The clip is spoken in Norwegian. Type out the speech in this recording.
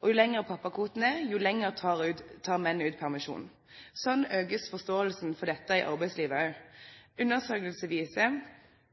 Og jo lengre pappakvoten er, jo lengre tar menn permisjon. Slik økes forståelsen for dette i arbeidslivet.